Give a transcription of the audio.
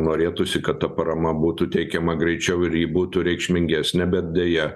norėtųsi kad ta parama būtų teikiama greičiau ir ji būtų reikšmingesnė bet deja